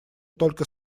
только